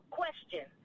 question